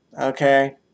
okay